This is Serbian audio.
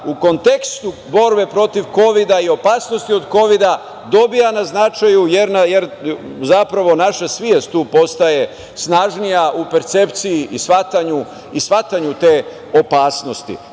u kontekstu borbe protiv kovida i opasnosti od kovida dobija na značaju, jer zapravo naša svest tu postaje snažnija u percepciji i shvatanju te opasnosti. Zato